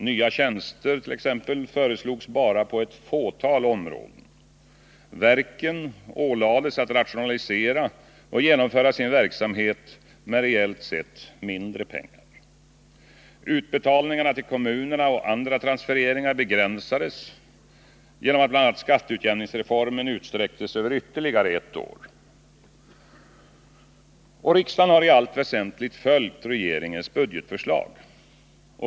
Nya tjänster föreslogs t.ex. bara på ett fåtal områden. Verken ålades att rationalisera och genomföra sin verksamhet med reellt sett mindre pengar. Riksdagen har i allt väsentligt följt regeringens budgetförslag.